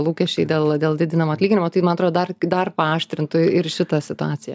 lūkesčiai dėl dėl didinamo atlyginimo tai man atrodo dar dar paaštrintų ir šitą situaciją